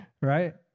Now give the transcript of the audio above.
Right